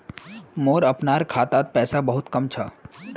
मोर अपनार खातात पैसा बहुत कम छ